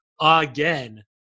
again